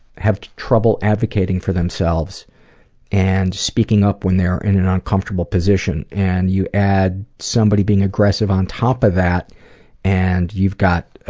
have trouble advocating for themselves and speaking up when they're in an uncomfortable position and you add someone being aggressive on top of that and you've got